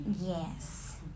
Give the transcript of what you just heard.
Yes